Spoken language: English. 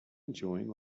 enjoying